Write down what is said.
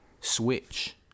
switch